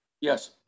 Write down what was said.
Yes